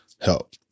help